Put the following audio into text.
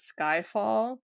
Skyfall